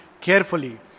Carefully